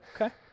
Okay